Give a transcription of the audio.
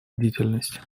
бдительность